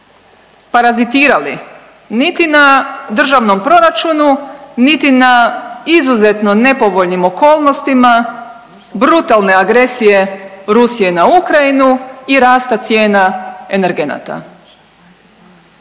parazitirali niti na državnom proračunu, niti na izuzetno nepovoljnim okolnostima brutalne agresije Rusije na Ukrajinu i rasta cijena energenata,